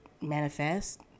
manifest